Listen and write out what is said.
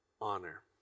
honor